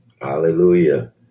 Hallelujah